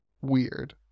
weird